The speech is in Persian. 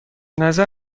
نظر